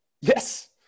yes